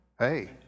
Hey